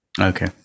Okay